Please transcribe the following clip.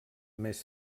més